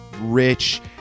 rich